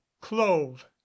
clove